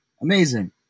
amazing